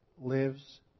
lives